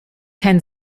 kein